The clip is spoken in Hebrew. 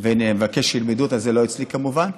ואני אבקש שילמדו אותה, זה לא אצלי, כמובן.